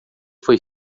foi